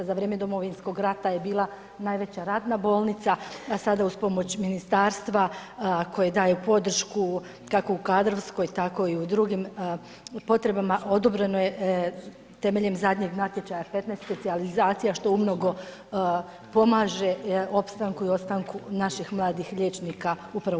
Za vrijeme Domovinskog rata je bila najveća ratna bolnica, a sada uz pomoć ministarstva koje daje podršku kako u kadrovskoj tako i u drugim potrebama, odobreno je temeljem zadnjeg natječaja 15 specijalizacija što u mnogo pomaže opstanku i ostanku naših mladih liječnika upravo u